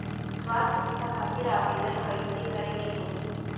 स्वास्थ्य बीमा खातिर आवेदन कइसे करे के होई?